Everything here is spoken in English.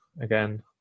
again